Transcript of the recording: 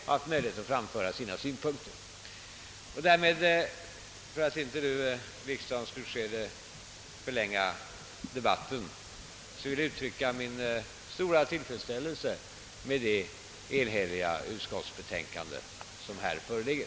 För att inte nu i riksdagssessionens slutskede ytterligare förlänga debatten vill jag efter detta inskränka mig till att uttrycka min stora tillfredsställelse med det enhälliga utskottsutlåtande som föreligger.